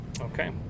Okay